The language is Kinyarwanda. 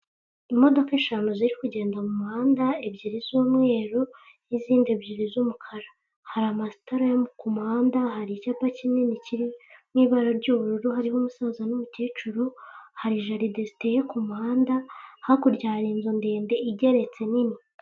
Imodoka eshanu ziri kugenda mu muhanda ebyiri z'umweru n'izindi ebyiri z'umukara, hari amatara yo ku muhanda, hari icyapa kinini kiri mu ibara ry'ubururu hariho umusaza n'umukecuru, hari jaride ziteye ku muhanda. hakurya hari inzu ndende igeretse nini.